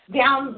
down